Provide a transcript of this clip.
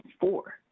four